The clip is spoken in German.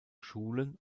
schulen